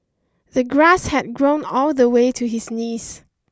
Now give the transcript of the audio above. the grass had grown all the way to his knees